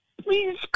please